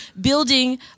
building